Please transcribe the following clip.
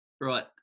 Right